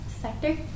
sector